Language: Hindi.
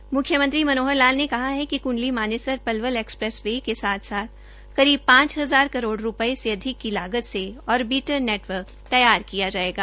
म्ख्यमंत्री मनोहर लाल ने कहा है कि क्ंडली मानेसर पलवल एक्सप्रेस वे के साथ साथ पांच हजार करोड़ रूपये से अधिक लागत से ओरबीटल रेल नेटवर्क तैयार किया जायेगा